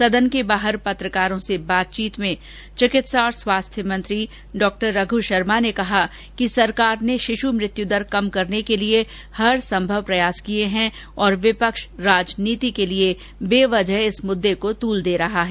सदन के बाहर पत्रकारों से बातचीत में चिकित्सा मंत्री डॉ शर्मा ने कहा कि सरकार ने शिशु मृत्यु दर कम करने के लिये हर संभव प्रयास किये हैं और विपक्ष राजनीति के लिए बेवजह इस मुददे को तूल दे रहा है